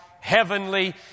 heavenly